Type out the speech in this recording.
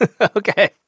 Okay